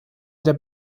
der